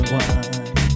one